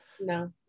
no